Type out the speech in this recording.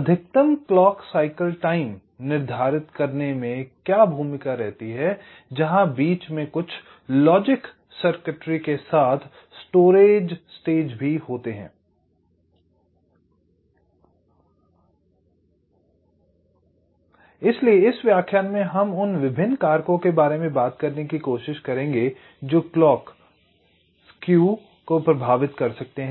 अधिकतम clock cycle time निर्धारित करने में क्या भूमिका रहती है जहां बीच में कुछ लॉजिक सर्किटरी के साथ स्टोरेज स्टेज भी होते हैं I इसलिए इस व्याख्यान में हम उन विभिन्न कारकों के बारे में बात करने की कोशिश करेंगे जो क्लॉक स्केव को प्रभावित कर सकते हैं